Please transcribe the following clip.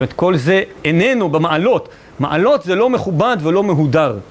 זאת אומרת כל זה איננו במעלות, מעלות זה לא מכובד ולא מהודר.